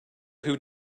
who